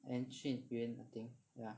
and Junyuan I think ya